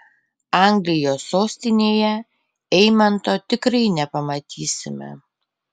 anglijos sostinėje eimanto tikrai nepamatysime